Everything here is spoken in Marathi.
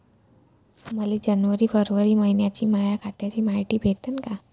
मले जनवरी अस फरवरी मइन्याची माया खात्याची मायती भेटन का?